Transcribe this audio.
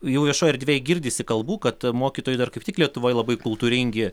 jau viešoj erdvėj girdisi kalbų kad mokytojai dar kaip tik lietuvoj labai kultūringi